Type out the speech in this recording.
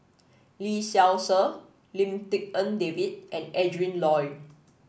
Lee Seow Ser Lim Tik En David and Adrin Loi